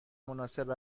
مناسب